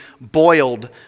boiled